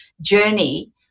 journey